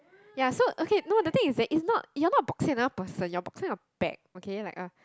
ya so okay no the thing is that is not you're not boxing another person you are boxing a bag okay like a